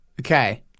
Okay